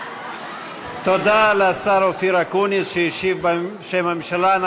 תודה לשר אופיר אקוניס שהשיב בשם הממשלה.